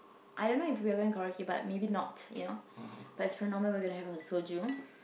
I don't know if we were going karaoke but maybe not you know but as for normal we were going to have a little Soju